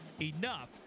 enough